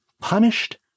punished